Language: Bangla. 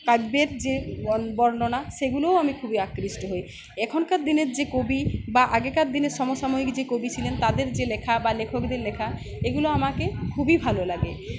কাব্যের যে বর্ণনা সেগুলোও আমি খুবই আকৃষ্ট হই এখনকার দিনের যে কবি বা আগেকার দিনের সমসাময়িক যে কবি ছিলেন তাদের যে লেখা বা লেখকদের লেখা এগুলো আমাকে খুবই ভালো লাগে